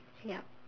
ya